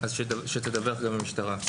אז שתדווח גם המשטרה.